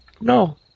No